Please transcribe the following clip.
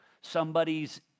somebody's